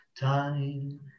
Time